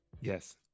Yes